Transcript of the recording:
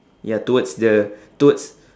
ya towards the towards